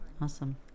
Awesome